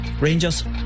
Rangers